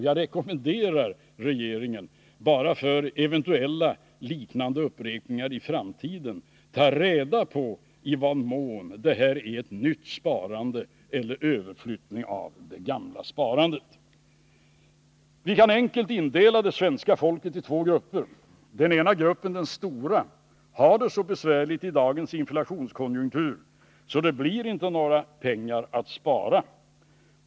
Jag rekommenderar regeringen, inför eventuella upprepningar i framtiden: Ta reda på i vad mån det har skett ett nytt sparande eller bara en överflyttning av det gamla sparandet! Vi kan enkelt indela det svenska folket i två grupper. Den ena gruppen, den stora, har det så besvärligt i dagens inflationskonjunktur att det blir inga pengar att spara.